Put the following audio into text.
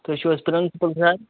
تُہۍ چھِو حظ پرٛنَسپُل سَر